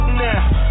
now